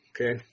okay